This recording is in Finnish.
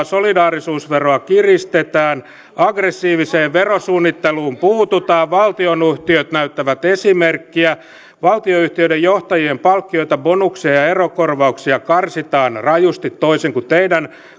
solidaarisuusveroa kiristetään aggressiiviseen verosuunnitteluun puututaan valtionyhtiöt näyttävät esimerkkiä valtionyhtiöiden johtajien palkkioita bonuksia ja erokorvauksia karsitaan rajusti toisin kuin teidän